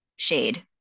Shade